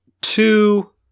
two